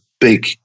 big